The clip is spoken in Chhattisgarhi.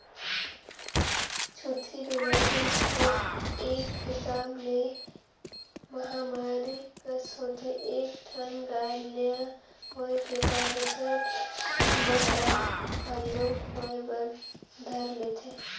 छूतही बेमारी हर एक हिसाब ले महामारी कस होथे एक ठन गाय ल होय के बाद दूसर मन ल घलोक होय बर धर लेथे